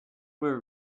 were